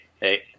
hey